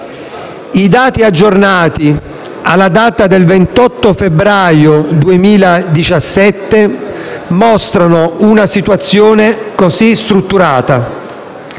I dati aggiornati alla data del 28 febbraio 2017 mostrano una situazione così strutturata: